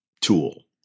tool